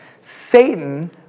Satan